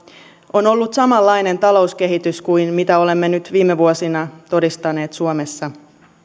on ollut samanlainen talouskehitys kuin mitä olemme nyt viime vuosina todistaneet suomessa